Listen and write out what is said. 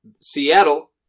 Seattle